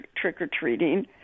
trick-or-treating